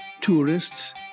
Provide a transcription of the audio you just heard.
tourists